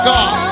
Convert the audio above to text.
God